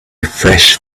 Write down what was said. fresh